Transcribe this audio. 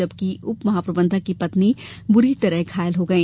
जबकि उप महाप्रबंधक की पत्नी बुरी तरह घायल हो गई